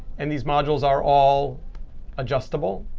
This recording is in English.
and these modules are all adjustable,